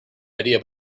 idea